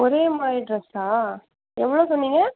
ஒரே மாதிரி ட்ரெஸ்ஸா எவ்வளோ சொன்னீங்க